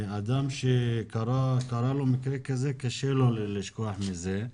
אדם שקרה לו מקרה כזה קשה לו לשכוח מזה,